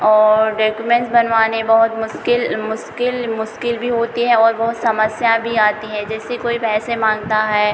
और डेक्युमेंस बनवाने बहुत मुश्किल मुश्किल मुश्किल भी होता है और बहुत समस्याऍं भी आती हैं जैसे कोई पैसे माँगता है